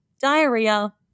Diarrhea